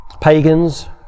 pagans